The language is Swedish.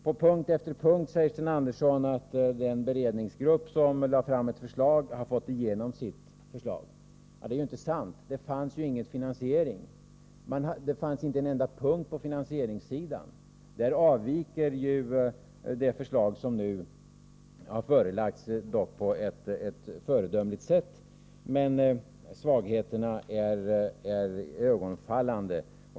På punkt efter punkt säger Sten Andersson att den beredningsgrupp som lade fram ett förslag har fått igenom sina förslag. Det är ju inte sant. Där fanns inget finansieringsförslag. Det fanns inte en enda punkt på finansieringssidan. Där avviker ju det förslag som nu har framlagts på ett föredömligt sätt, men svagheterna är iögonfallande.